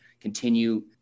continue